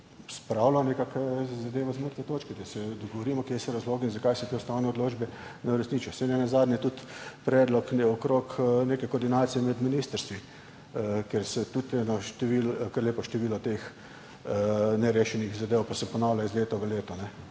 spravilo zadevo z mrtve točke, da se dogovorimo, kje so razlogi, zakaj se te ustavne odločbe ne uresničijo. Nenazadnje je tudi predlog okrog neke koordinacije med ministrstvi, ker se tudi kar lepo število teh nerešenih zadev ponavlja iz leta v leto.